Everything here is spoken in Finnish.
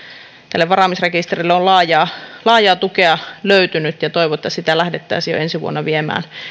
tälle varaamisrekisterille on laajaa laajaa tukea löytynyt ja toivottaisiin että sitä lähdettäisiin jo ensi vuonna viemään